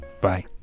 Bye